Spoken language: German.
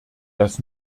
dass